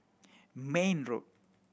Mayne Road